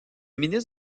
ministre